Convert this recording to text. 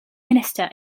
minister